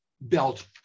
belt